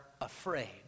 afraid